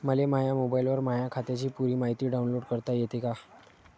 मले माह्या मोबाईलवर माह्या खात्याची पुरी मायती डाऊनलोड करता येते का?